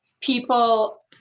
people